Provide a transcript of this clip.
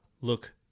look